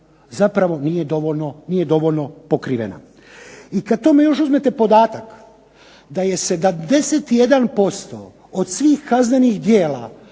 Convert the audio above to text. zapravo nije dovoljno pokrivena. I kada još k tome uzmete podatak da je 71% od svih kaznenih djela